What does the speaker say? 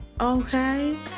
Okay